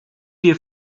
wir